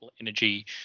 energy